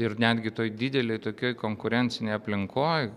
ir netgi toj didelėj tokioj konkurencinėj aplinkoj